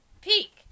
peak